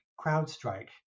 CrowdStrike